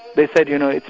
they said you know,